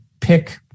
pick